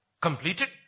completed